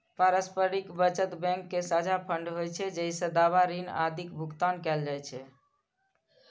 पारस्परिक बचत बैंक के साझा फंड होइ छै, जइसे दावा, ऋण आदिक भुगतान कैल जाइ छै